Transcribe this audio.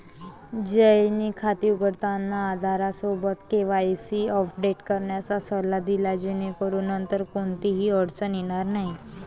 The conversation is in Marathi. जयने खाते उघडताना आधारसोबत केवायसी अपडेट करण्याचा सल्ला दिला जेणेकरून नंतर कोणतीही अडचण येणार नाही